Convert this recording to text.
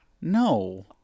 No